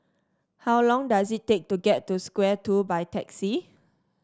how long does it take to get to Square Two by taxi